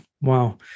Wow